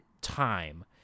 time